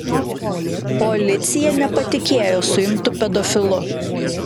policija nepatikėjo suimtu pedofilu